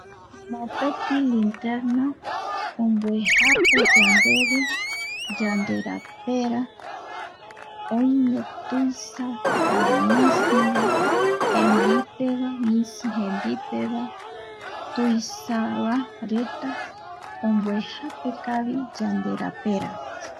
Mopeti linterna omboejape yandeve yande rapera oime tuisa jare misivae jembipeva, misi jembipeva. Tuisa ba reta omboejape kavi yanderapera.